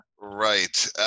right